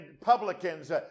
publicans